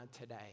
today